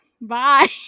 Bye